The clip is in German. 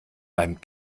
beim